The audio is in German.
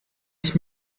ich